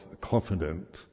confident